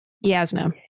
Yasna